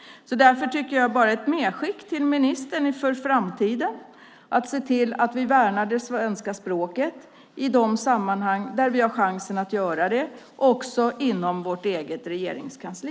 Jag vill göra ett medskick till ministern inför framtiden: Låt oss se till att vi värnar det svenska språket i de sammanhang där vi har chansen att göra det, också inom vårt eget regeringskansli!